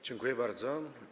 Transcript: Dziękuję bardzo.